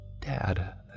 Dad